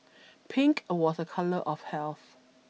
pink was a colour of health